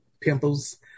pimples